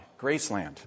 Graceland